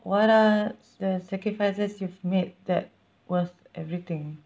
what are s~ the sacrifices you've made that worth everything